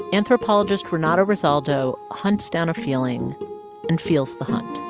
anthropologist renato rosaldo hunts down a feeling and feels the hunt